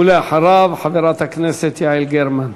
ולאחריו, חברת הכנסת יעל גרמן.